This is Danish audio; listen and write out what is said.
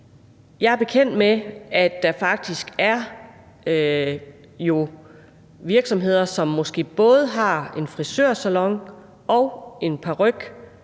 Jeg er bekendt med, at der faktisk er virksomheder, som måske både har en frisørsalon og en